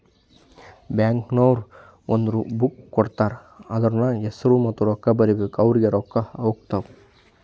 bank ನವ್ರು ಒಂದ್ book ಕೊಡ್ತಾರ್ ಅದೂರ್ನಗ್ ಹೆಸುರ ಮತ್ತ ರೊಕ್ಕಾ ಬರೀಬೇಕು ಅವ್ರಿಗೆ ರೊಕ್ಕಾ ಹೊತ್ತಾವ್